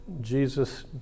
Jesus